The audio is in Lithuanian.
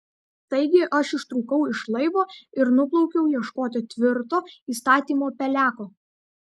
taigi aš ištrūkau iš laivo ir nuplaukiau ieškoti tvirto įstatymo peleko